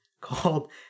called